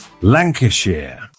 Lancashire